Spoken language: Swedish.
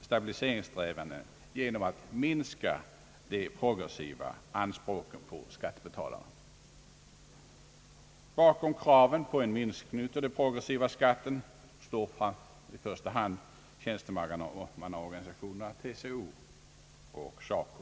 stabiliseringssträvandena genom att minska de progressiva anspråken på skattebetalarna. Bakom kraven på en minskning av den progressiva skatten står i första hand tjänstemannaorganisationerna TCO och SACO.